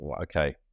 okay